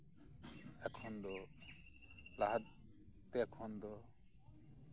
ᱮᱠᱷᱚᱱ ᱫᱚ ᱞᱟᱦᱟᱛᱮ ᱠᱷᱚᱱ ᱫᱚ